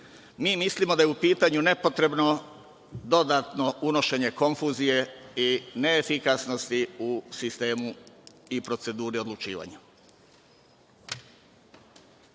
Mislimo da je nepotrebno dodatno unošenje konfuzije i neefikasnosti u sistemu i proceduri odlučivanja.